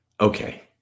Okay